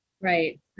Right